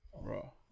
bro